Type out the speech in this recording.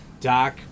Doc